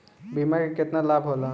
बीमा के केतना लाभ होला?